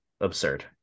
absurd